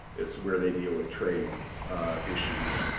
it's where they deal with trade issues.